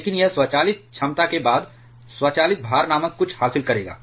लेकिन यह स्वचालित क्षमता के बाद स्वचालित भार नामक कुछ हासिल करेगा